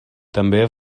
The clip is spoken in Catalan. també